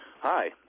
Hi